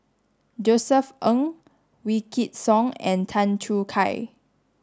Josef Ng Wykidd Song and Tan Choo Kai